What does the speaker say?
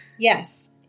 Yes